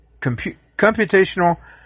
Computational